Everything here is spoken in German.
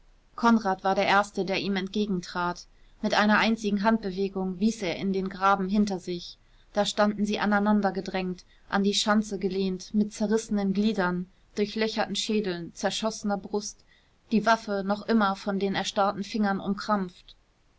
konrad war der erste der ihm entgegentrat mit einer einzigen handbewegung wies er in den graben hinter sich da standen sie aneinandergedrängt an die schanze gelehnt mit zerrissenen gliedern durchlöcherten schädeln zerschossener brust die waffe noch immer von den erstarrten fingern umkrampft